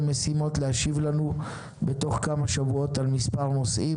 משימות להשיב לנו בתוך כמה שבועות על מספר נושאים.